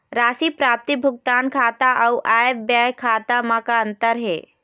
राशि प्राप्ति भुगतान खाता अऊ आय व्यय खाते म का अंतर हे?